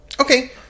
Okay